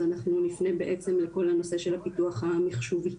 אנחנו נפנה בעצם לכל הנושא של הפיתוח הממוחשב.